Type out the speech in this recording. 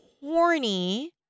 horny